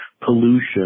pollution